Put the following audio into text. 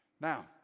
Now